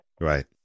Right